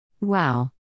Wow